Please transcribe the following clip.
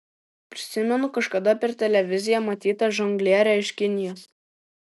prisimenu kažkada per televiziją matytą žonglierę iš kinijos